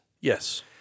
yes